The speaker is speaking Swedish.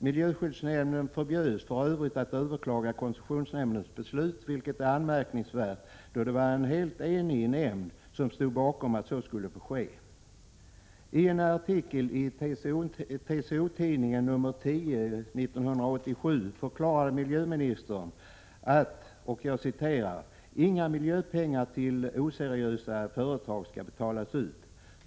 Miljöskyddsnämnden förbjöds för Övrigt att överklaga koncessionsnämndens beslut, vilket är anmärkningsvärt då det var en helt enig nämnd som stod bakom beslutet. I en artikel i TCO-Tidningen nr 10 1987 förklarade miljöministern att ”inga miljöpengar till oseriösa företag skall betalas ut.